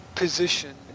Position